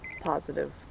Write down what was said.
positive